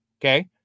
Okay